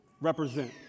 represent